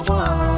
one